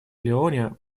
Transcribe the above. леоне